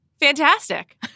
Fantastic